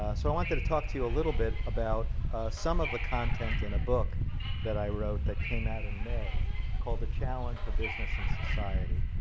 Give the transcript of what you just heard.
so i wanted to talk to you a little bit about some of the content in a book that i wrote that came out in may called the challenge for business and society,